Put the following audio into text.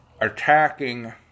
attacking